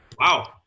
Wow